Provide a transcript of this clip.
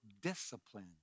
discipline